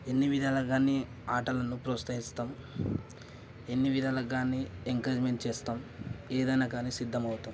ఎన్ని విధాలునీ ఆటలను ప్రోస్తహిస్తాం ఎన్ని విధాలుగానీ ఎంకరేజ్మెంట్ చేస్తాం ఏదన్నా కానీ సిద్ధమవుతాం